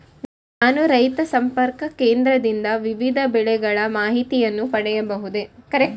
ನಾನು ರೈತ ಸಂಪರ್ಕ ಕೇಂದ್ರದಿಂದ ವಿವಿಧ ಬೆಳೆಗಳ ಮಾಹಿತಿಯನ್ನು ಪಡೆಯಬಹುದೇ?